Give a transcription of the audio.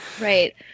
Right